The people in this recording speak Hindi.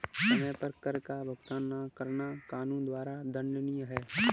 समय पर कर का भुगतान न करना कानून द्वारा दंडनीय है